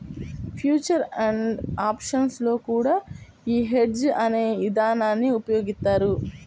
future and options లో కూడా యీ హెడ్జ్ అనే ఇదానాన్ని ఉపయోగిత్తారు